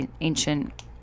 ancient